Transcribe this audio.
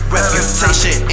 Reputation